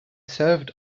served